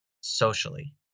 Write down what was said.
socially